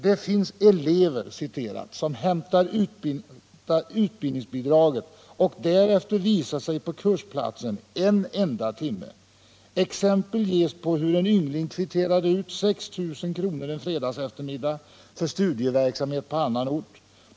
Det finns "elever som hämtar utbildningsbidraget och därefter visar sig på kursplatsen en enda timme. Exempel ges på hur en yngling kvitterade ut 6 000 kr en fredagseftermiddag för studieverksamhet på annan ort.